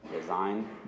design